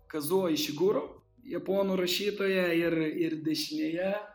kazuo išiguro japonų rašytoją ir ir dešinėje